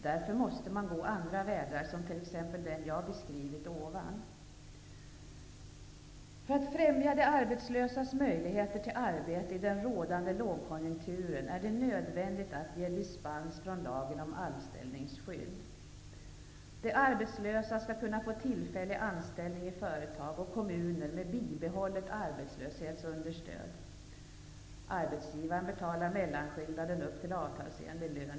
Därför måste man gå andra vägar, som t.ex. den jag har beskrivit ovan. För att främja de arbetslösas möjligheter till arbete i den rådande lågkonjunkturen är det nödvändigt att ge dispens från lagen om anställningsskydd. De arbetslösa skall kunna få tillfällig anställning i företag och kommuner med bibehållet arbetslöshetsunderstöd. Arbetsgivaren betalar mellanskillnaden upp till avtalsenlig lön.